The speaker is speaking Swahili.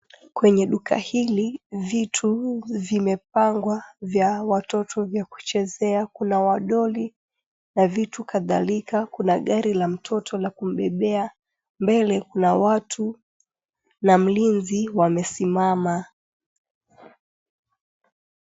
Kwenye duka hili vitu zimepangwa vya watoto kuchezea, kuna wadoli na vitu kadhalika, kuna gari la mtoto la kumbebea. Mbele kuna watu na mlinzi wamesimama.